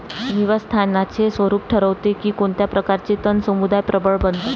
निवास स्थानाचे स्वरूप ठरवते की कोणत्या प्रकारचे तण समुदाय प्रबळ बनतात